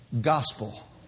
gospel